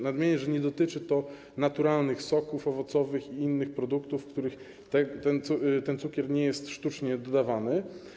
Nadmienię, że nie dotyczy to naturalnych soków owocowych i innych produktów, w których cukier nie jest sztucznie dodawany.